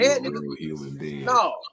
No